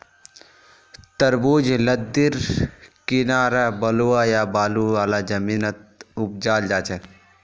तरबूज लद्दीर किनारअ बलुवा या बालू वाला जमीनत उपजाल जाछेक